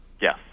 Yes